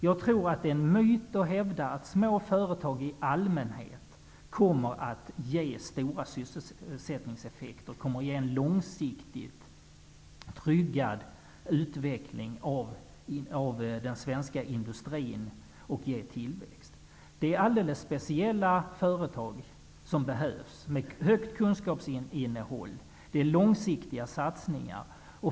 Jag tror att det är en myt att små företag i allmänhet kommer att ge stora sysselsättningseffekter, en långsiktigt tryggad utveckling i den svenska industrin och tillväxt. Det är mycket speciella företag med högt kunskapsinnehåll som behövs och långsiktiga satsningar.